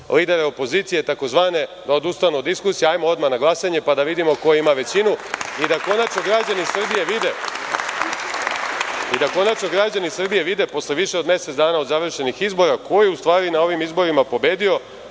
lidere takozvane opozicije da odustanu od diskusije. Hajdemo odmah na glasanje, pa da vidimo ko ima većinu i da konačno građani Srbije vide, posle više od mesec dana od završenih izbora, ko je u stvari na ovim izborima pobedio,